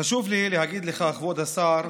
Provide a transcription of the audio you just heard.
חשוב לי להגיד לך, כבוד השר,